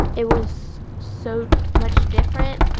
it was so much different.